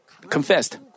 confessed